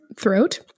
throat